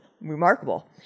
Remarkable